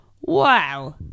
wow